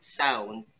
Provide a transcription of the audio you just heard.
sound